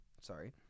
Sorry